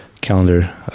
calendar